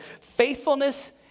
faithfulness